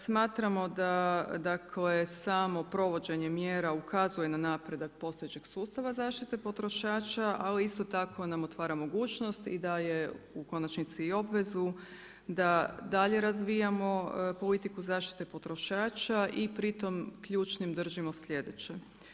Smatramo da samo provođenje mjera ukazuje na napredak postojećeg sustava zaštite potrošača, ali isto tako nam otvara mogućnost i daje u konačnici obvezu da dalje razvijamo politiku zaštite potrošača i pritom ključnim držimo slijedeće.